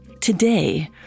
Today